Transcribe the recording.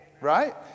right